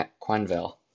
Quenville